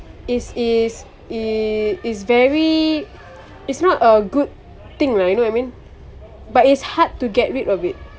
it's it's it's it's very it's not a good thing right you know what I mean but it's hard to get rid of it